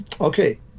okay